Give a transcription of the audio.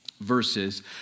verses